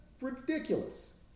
ridiculous